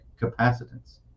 capacitance